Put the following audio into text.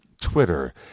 Twitter